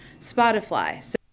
Spotify